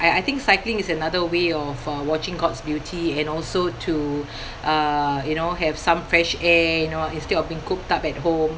I I think cycling is another way of uh watching god's beauty and also to uh you know have some fresh air you know uh instead of being cooped up at home